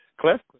Cliff